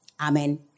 Amen